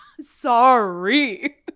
sorry